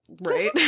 Right